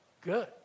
good